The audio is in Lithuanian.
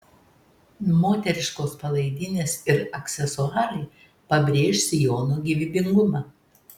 moteriškos palaidinės ir aksesuarai pabrėš sijono gyvybingumą